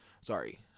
Sorry